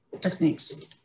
techniques